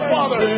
Father